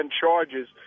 charges